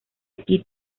aquí